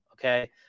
okay